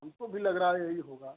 हमको भी लग रहा है यही होगा